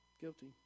Guilty